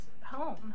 home